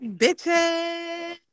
bitches